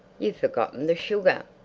you've forgotten the sugar.